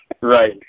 Right